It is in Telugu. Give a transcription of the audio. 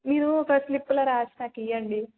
మీరు ఒక స్లిప్లో రాసి నాకియ్యండి